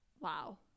wow